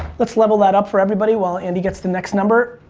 let's level that up for everybody while andy gets the next number.